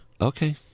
Okay